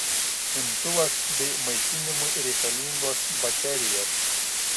imtuvas bei maitinimui reikalingos baterijos